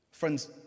Friends